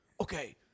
okay